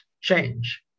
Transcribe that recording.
change